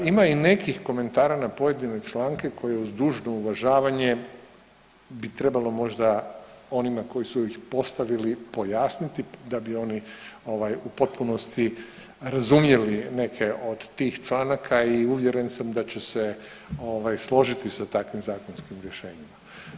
Ima i nekih komentara na pojedine članke koji uz dužno uvažavanje bi trebalo možda onima koji su ih postavili pojasniti da bi oni u potpunosti razumjeli neke od tih članaka i uvjeren sam da će se složiti sa takvim zakonskim rješenjima.